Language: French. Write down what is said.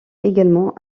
également